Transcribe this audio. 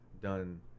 done